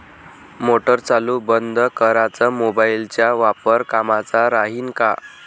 Motor चालू बंद कराच मोबाईलचा वापर कामाचा राहीन का?